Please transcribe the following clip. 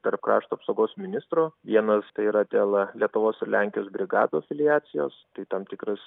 tarp krašto apsaugos ministrų vienas tai yra dėl lietuvos lenkijos brigados iliacijos tai tam tikras